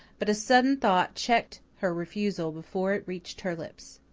but a sudden thought checked her refusal before it reached her lips.